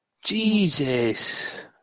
Jesus